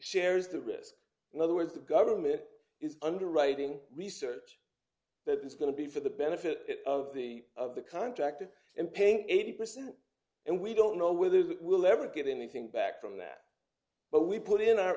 shares the risk in other words the government is underwriting research that is going to be for the benefit of the of the contracted in paying eighty percent and we don't know whether that will ever get anything back from that but we put in our